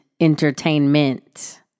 entertainment